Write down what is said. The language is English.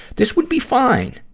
this would be fine,